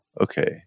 okay